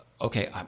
Okay